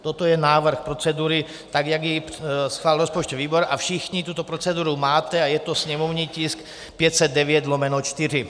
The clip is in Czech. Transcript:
Toto je návrh procedury, tak jak ji schválil rozpočtový výbor, a všichni tuto proceduru máte, je to sněmovní tisk 509/4.